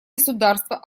государства